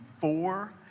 four